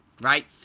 right